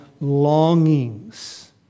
Longings